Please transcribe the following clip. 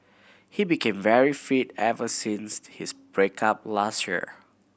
he became very fit ever since his break up last year